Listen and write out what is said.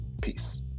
Peace